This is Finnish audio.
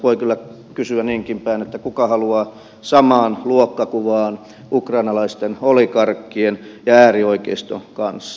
voi kyllä kysyä niinkin päin kuka haluaa samaan luokkakuvaan ukrainalaisten oligarkkien ja äärioikeiston kanssa